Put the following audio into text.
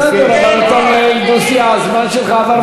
בסדר, אבל אתה מנהל דו-שיח, הזמן שלך עבר מזמן.